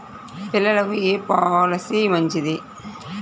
పిల్లలకు ఏ పొలసీ మంచిది?